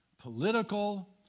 political